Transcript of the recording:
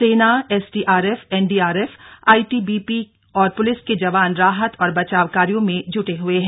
सेना SDRF NDRF ITBP और police के जवान राहत और बचाव कार्यों में जुटे हुए है